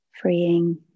freeing